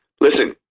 Listen